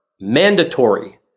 mandatory